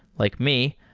like me,